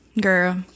girl